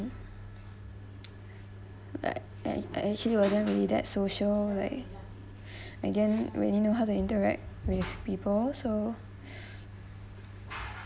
like I I actually wasn't really that social like again really know how to interact with people so